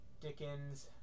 Dickens